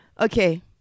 Okay